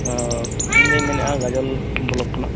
ᱚᱸᱻ ᱤᱧ ᱫᱚᱧ ᱢᱮᱱᱮᱜᱼᱟ ᱜᱟᱡᱚᱞ ᱵᱞᱚᱠ ᱠᱷᱚᱱᱟᱜ